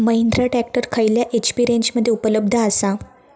Mahindra tractor खयल्या HP रेंजमध्ये उपलब्ध आसा?